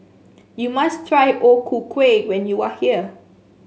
you must try O Ku Kueh when you are here